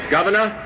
Governor